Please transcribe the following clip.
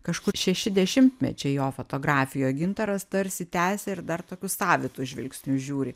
kažkur šeši dešimtmečiai jo fotografija o gintaras tarsi tęsia ir dar tokiu savitu žvilgsniu žiūri